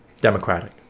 democratic